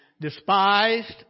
despised